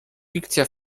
fikcja